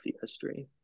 history